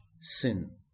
sin